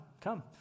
come